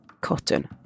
cotton